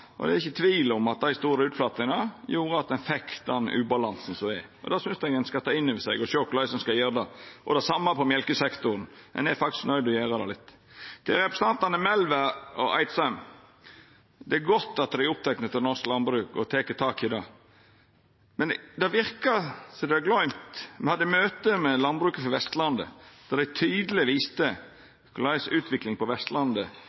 og det er ikkje tvil om at dei store utflatingane gjorde at ein fekk den ubalansen som er. Det synest eg ein skal ta inn over seg og sjå på korleis ein skal gjera det. Det same gjeld for mjølkesektoren. Ein er faktisk nøydd til å gjera det. Til representantane Melvær og Eidsheim: Det er godt at dei er opptekne av norsk landbruk og tek tak i det, men det verkar som om dei har gløymt at me hadde møte med landbruket frå Vestlandet, der dei tydeleg viste korleis utviklinga på Vestlandet